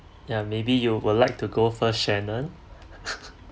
ya maybe you would like to go first shannon